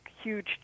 huge